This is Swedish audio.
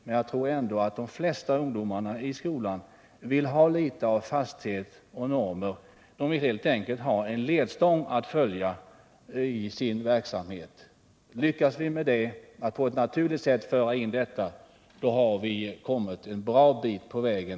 Men jag tror ändå att de flesta ungdomar i skolan vill ha en viss fasthet och vissa normer, de vill helt enkelt ha en ledstång att följa i sin verksamhet. Lyckas vi att på ett naturligt sätt föra in detta, har vi kommit en bra bit på vägen.